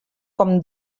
com